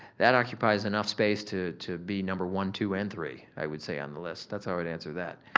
that occupies enough space to to be number one, two, and three, i would say, on the list. that's how i'd answer that.